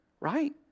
right